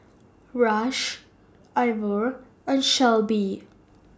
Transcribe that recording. Rush Ivor and Shelbi